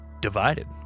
divided